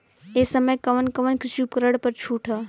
ए समय कवन कवन कृषि उपकरण पर छूट ह?